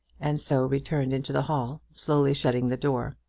and so returned into the hall, slowly shutting the door.